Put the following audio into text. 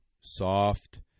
soft